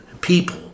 people